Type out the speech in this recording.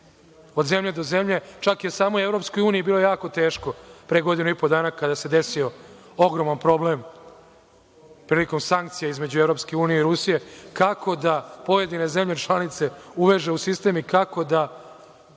od zemlje do zemlje. Čak je samoj EU bilo jako teško pre godinu i po dana kada se desio ogroman problem prilikom sankcija, između EU i Rusije, kako da pojedine zemlje članice uveže u sistem i kako da